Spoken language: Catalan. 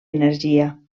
energia